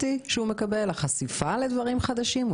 הגיוון והחשיפה לדברים חדשים שהילד מקבל הם טובים,